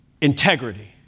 Integrity